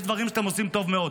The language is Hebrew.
ויש דברים שאתם עושים טוב מאוד,